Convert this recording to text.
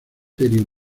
misterio